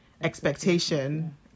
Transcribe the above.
expectation